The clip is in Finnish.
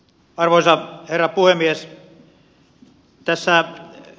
arvoisa herra puhemies